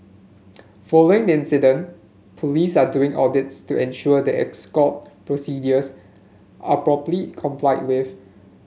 following incident police are doing audits to ensure that escort procedures are properly complied with